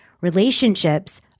Relationships